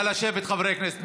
חברי הכנסת.